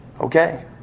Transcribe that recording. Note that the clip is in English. Okay